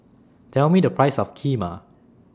Tell Me The Price of Kheema